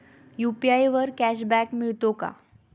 UPI वर cashback मिळतो का?